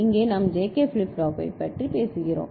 இங்கே நாம் JK ஃப்ளாப்பைப் பற்றி பேசுகிறோம்